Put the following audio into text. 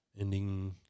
Ending